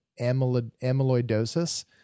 amyloidosis